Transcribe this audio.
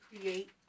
create